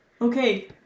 Okay